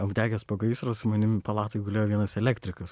apdegęs po gaisro su manim palatoj gulėjo vienas elektrikas